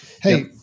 Hey